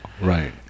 Right